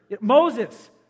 Moses